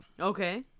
Okay